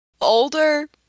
older